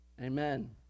Amen